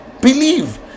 Believe